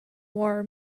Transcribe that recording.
war